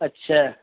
اچھا